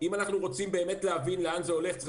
אם אנחנו באמת רוצים להבין לאן זה הולך צריך